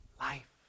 life